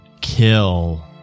kill